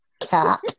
cat